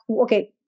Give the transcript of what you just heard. okay